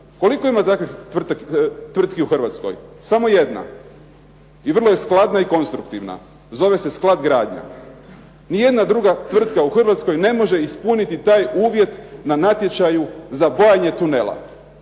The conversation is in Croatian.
Koliko ima takvih tvrtki u Hrvatskoj? Samo jedna i vrlo je skladna i konstruktivna i zove se „Sklad gradnja“. NI jedna druga tvrtka u Hrvatskoj ne može ispuniti taj uvjet na natječaju za bojanje tunela